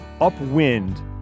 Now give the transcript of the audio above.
upwind